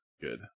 good